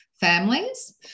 families